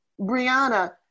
Brianna